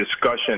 discussion